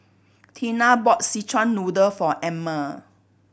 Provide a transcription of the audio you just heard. Tina bought Szechuan Noodle for Emmer